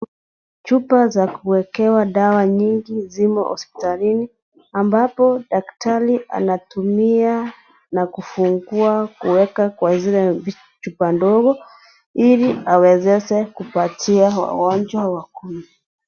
Chupa za kuwekewa dawa nyingi zimo hospitalini ambapo daktari anatumia na kufungua kuweka kwa zile chupa ndogo ili awezeshe kupatia wagonjwa wakule.